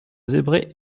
zébré